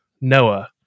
Noah